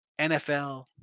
NFL